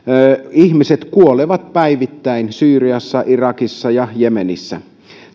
ihmiset kuolevat päivittäin syyriassa irakissa ja jemenissä